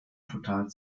total